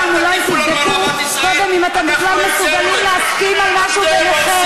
ציפי לבני לא הייתה מוכנה לגנות את "שוברים שתיקה".